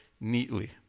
neatly